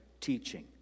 teaching